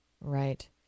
Right